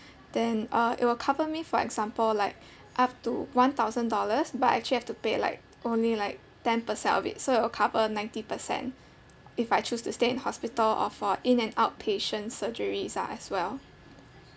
then uh it will cover me for example like up to one thousand dollars but I actually have to pay like only like ten percent of it so it'll cover ninety percent if I choose to stay in hospital or for in and outpatient surgeries ah as well